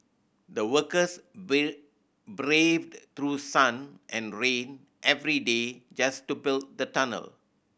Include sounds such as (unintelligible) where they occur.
the workers (unintelligible) braved through sun and rain every day just to build the tunnel